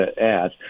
add